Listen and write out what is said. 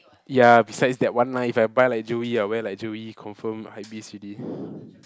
ya besides that one line if I buy like Joey I wear like Joey confirm hype beast ready